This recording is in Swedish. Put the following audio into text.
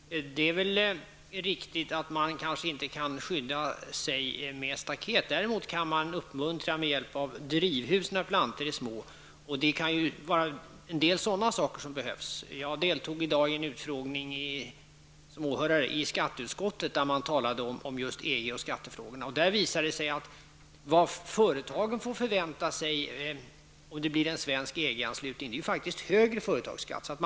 Herr talman! Det är nog riktigt att man kanske inte kan skydda sig med staket. Däremot kan man uppmuntra små plantor med hjälp av drivhus, och det kan behövas en del sådana saker. Jag deltog i dag som åhörare i en utfrågning i skatteutskottet där man talade om EG och skattefrågorna. Det framkom att företagen faktiskt kan vänta sig högre företagsskatt om det blir en EG-anslutning.